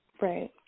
Right